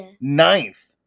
Ninth